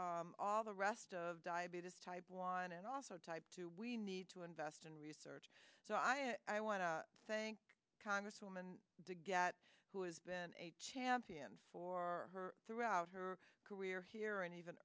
for all the rest of diabetes type one and also type two we need to invest in research so i i want to thank congresswoman de gette who has been a champion for her throughout her career here and even